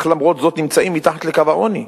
אך למרות זאת נמצאים מתחת לקו העוני.